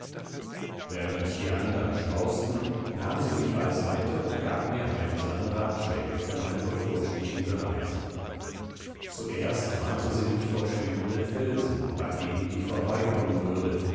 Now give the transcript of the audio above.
während die andern schmausten nahm sie mich beiseite und gab mir heilsame ratschläge für meine bevorstehende reise zuerst warnte sie mich vor schwimmenden felsen bei denen ich vorbeikommen würde